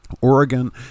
Oregon